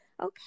Okay